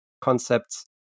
concepts